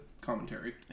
commentary